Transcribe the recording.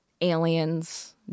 aliens